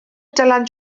dylan